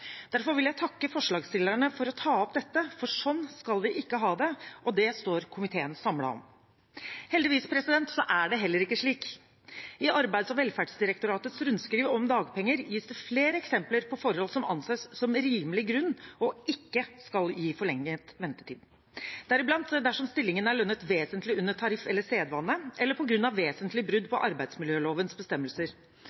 Derfor vil jeg takke forslagsstillerne for å ta opp dette, for sånn skal vi ikke ha det. Det står komiteen samlet om. Heldigvis er det heller ikke slik. I Arbeids- og velferdsdirektoratets rundskriv om dagpenger gis det flere eksempler på forhold som anses som rimelig grunn, og som ikke skal gi forlenget ventetid – deriblant dersom stillingen er lønnet vesentlig under tariff eller sedvane, eller på grunn av vesentlig brudd